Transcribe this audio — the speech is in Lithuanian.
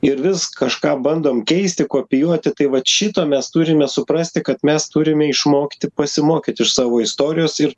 ir vis kažką bandom keisti kopijuoti tai vat šito mes turime suprasti kad mes turime išmokti pasimokyt iš savo istorijos ir